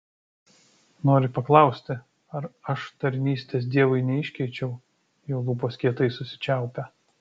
nori paklausti ar aš tarnystės dievui neiškeičiau jo lūpos kietai susičiaupia